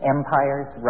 Empires